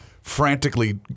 frantically